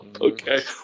okay